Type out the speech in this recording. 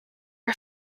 are